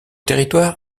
territoire